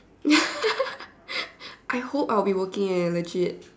I hope I'll be working eh legit